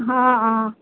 অ অ